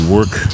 Work